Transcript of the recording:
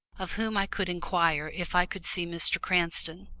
of whom i could inquire if i could see mr. cranston.